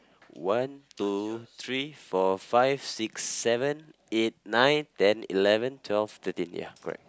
one two three four five six seven eight nine ten eleven twelve thirteen ya correct